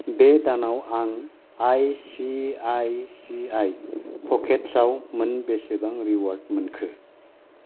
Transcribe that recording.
बे दानाव आं I C I C I प'केट्सआव मोनबेसे बां रिवार्ड मोनखो